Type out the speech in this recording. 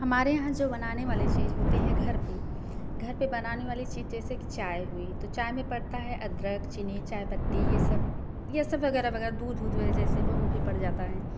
हमारे यहाँ जो बनाने वाले चीज़ होती है घर पर घर पर बनाने वाली चीज़ जैसे कि चाय हुई तो चाय में पड़ता है अदरक चीनी चाय पत्ती यह सब यह सब वगैरह वगैरह दूध उध ऊ जैसे में वह भी पड़ जाता है